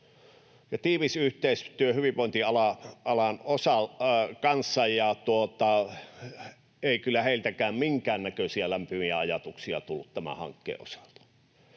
tiivis yhteistyö hyvinvointialan kanssa. Ei kyllä heiltäkään minkäännäköisiä lämpimiä ajatuksia tullut tämän hankkeen osalta.